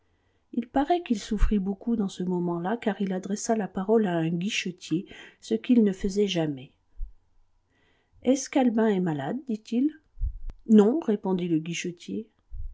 il paraît qu'il souffrit beaucoup dans ce moment-là car il adressa la parole à un guichetier ce qu'il ne faisait jamais est-ce qu'albin est malade dit-il non répondit le guichetier